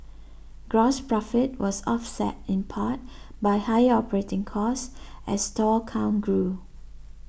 gross profit was offset in part by higher operating costs as store count grew